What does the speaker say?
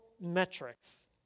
metrics